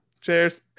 Cheers